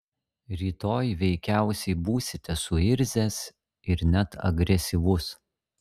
rytoj veikiausiai būsite suirzęs ir net agresyvus